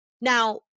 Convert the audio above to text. Now